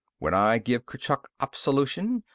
when i give kurchuk absolution,